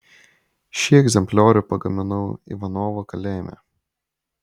šį egzempliorių pagaminau ivanovo kalėjime